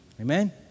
Amen